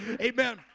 amen